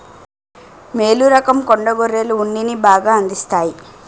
మేలు రకం కొండ గొర్రెలు ఉన్నిని బాగా అందిస్తాయి